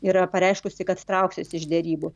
yra pareiškusi kad trauksis iš derybų